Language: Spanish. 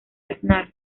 aznar